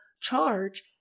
charge